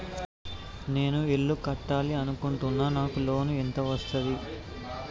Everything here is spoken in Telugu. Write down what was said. నేను ఇల్లు కట్టాలి అనుకుంటున్నా? నాకు లోన్ ఎంత వస్తది?